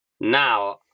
now